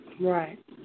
right